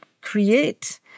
create